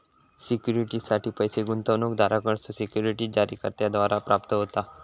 सिक्युरिटीजसाठी पैस गुंतवणूकदारांकडसून सिक्युरिटीज जारीकर्त्याद्वारा प्राप्त होता